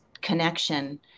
connection